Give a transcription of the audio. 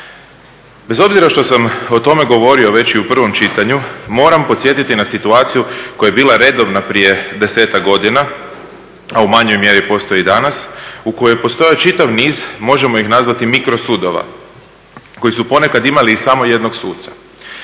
Bez obzira što sam o tome govorio već i u prvom čitanju moram podsjetiti na situaciju koja je bila redovna prije desetak godina, a u manjoj mjeri postoji i danas u kojoj je postojao čitav niz, možemo ih nazvati mikrosudova, koji su ponekad imali samo jednog suca.